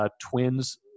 Twins